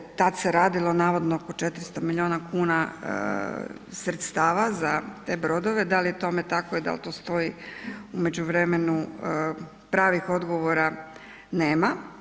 Radi se, tad se radilo navodno oko 400 milijuna kuna sredstava za te brodove, da li je tome tako i da li to stoji u međuvremenu pravih odgovora nema.